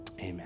amen